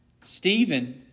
Stephen